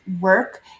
work